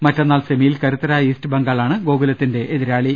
മറ്റന്നാൾ സെമിയിൽ കരുത്തരായ ഈസ്റ്റ് ബംഗാളാണ് ഗോകുലത്തിന്റെ എതിരാളി